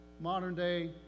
modern-day